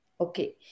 okay